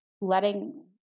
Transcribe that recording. letting